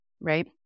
Right